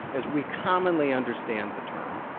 as we commonly understand the term,